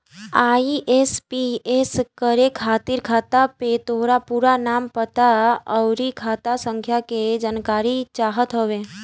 IMPS करे खातिर खाता पे तोहार पूरा नाम, पता, अउरी खाता संख्या के जानकारी चाहत हवे